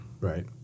Right